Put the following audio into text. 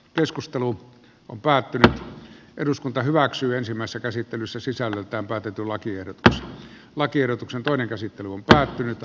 keskustelu on päätti eduskunta hyväksyy ensimmäisessä käsittelyssä sisällöltään päätetulla kiertos lakiehdotuksen toinen käsittely on päättynyt